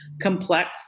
complex